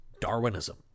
Darwinism